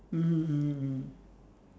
mmhmm mmhmm mm